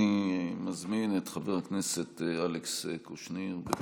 אני מזמין את חבר הכנסת אלכס קושניר, בבקשה.